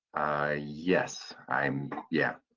yes. i'm. yeah.